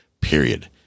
Period